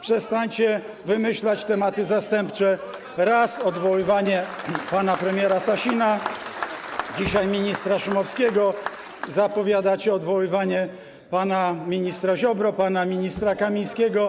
przestańcie wymyślać tematy zastępcze: raz odwoływanie pana premiera Sasina, dzisiaj ministra Szumowskiego, zapowiadacie odwoływanie pana ministra Ziobry, pana ministra Kamińskiego.